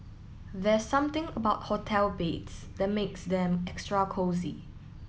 there something about hotel beds that makes them extra cosy